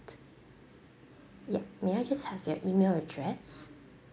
yup may I just have your E-mail address